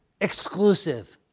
Exclusive